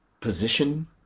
position